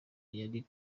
yari